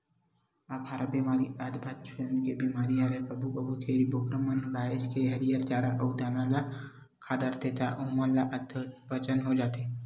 अफारा बेमारी अधपचन के बेमारी हरय कभू कभू छेरी बोकरा मन ह काहेच के हरियर चारा अउ दाना ल खा डरथे त ओमन ल अधपचन हो जाथे